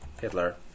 Hitler